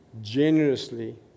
generously